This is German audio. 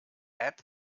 app